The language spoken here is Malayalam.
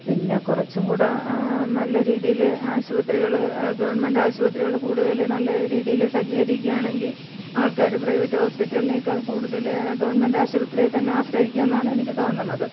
പിന്ന കുറച്ചു കൂടെ നല്ല രീതിയിൽ ആശുപത്രികൾ ഗവൺമെൻ്റ് ആശുപത്രികൾ കൂടുതൽ നല്ല രീതിയിൽ സജ്ജീകരിക്കുകയാണെങ്കിൽ ആൾക്കാർ പ്രൈവറ്റ് ഹോസ്പിറ്റലിനേക്കാൾ കൂടുതൽ ഗവണ്മൻ്റ് ആശുപത്രിയെ തന്നെ ആശ്രയിക്കുമെന്നാണ് എനിക്ക് തോന്നണത്